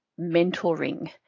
mentoring